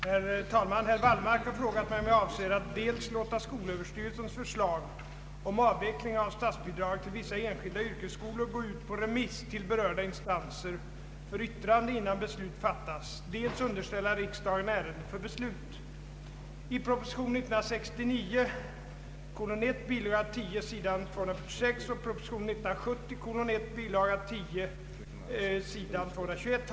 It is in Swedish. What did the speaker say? Herr talman! Herr Wallmark har frågat mig om jag avser att dels låta skolöverstyrelsens förslag om avveckling av statsbidraget till vissa enskilda yrkesskolor gå ut på remiss till berörda instanser för yttrande innan beslut fattas, dels underställa riksdagen ärendet för beslut. I propositionen 1 år 1969 och propositionen 1 år 1970 (bil.